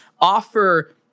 Offer